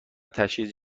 تشییع